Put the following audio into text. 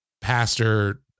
pastor